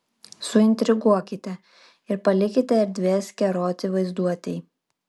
suintriguokite ir palikite erdvės keroti vaizduotei